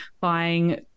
buying